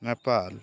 Nepal